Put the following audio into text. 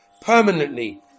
permanently